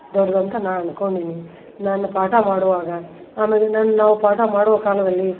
ದೊಡ್ಡದು ಅಂತ ನಾ ಅನ್ಕೊಂಡೋನಿ ನಾನು ಪಾಠ ಮಾಡುವಾಗ ಆಮ್ಯಾಗೆ ನನ್ನ ನಾವು ಪಾಠ ಮಾಡುವ ಕಾಲದಲ್ಲಿ